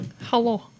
Hello